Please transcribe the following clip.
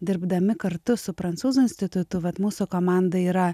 dirbdami kartu su prancūzų institutu vat mūsų komanda yra